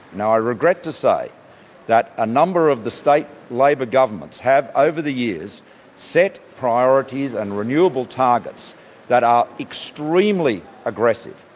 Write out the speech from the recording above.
now, i regret to say that a number of the state labor governments have over the years set priorities and renewable targets that are extremely aggressive,